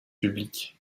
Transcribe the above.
public